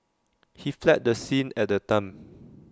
he fled the scene at the time